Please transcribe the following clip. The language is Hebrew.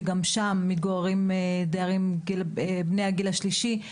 שגם שם מתגוררים דיירים בני הגיל השלישי,